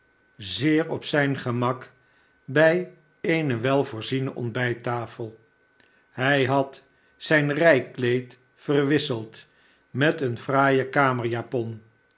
zeer op zijn gemak bij eene welvoorziene ontbijttafel hij had zijn rijkleed verwisseld met een fraaien